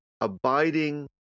abiding